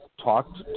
talked